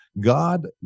God